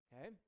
Okay